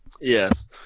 Yes